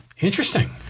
interesting